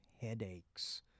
headaches